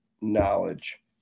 knowledge